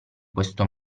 questo